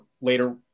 later